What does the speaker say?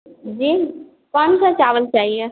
जी कौनसा चावल चाहिए